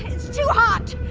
it's too hot!